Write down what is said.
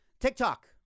TikTok